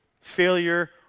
failure